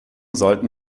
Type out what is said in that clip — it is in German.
sollten